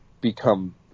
become